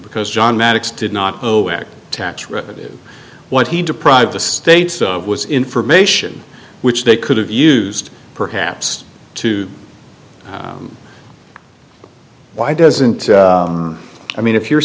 because john maddux did not tax revenue what he deprived the states of was information which they could have used perhaps to why doesn't i mean if you're